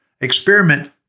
experiment